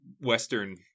Western